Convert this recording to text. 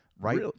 Right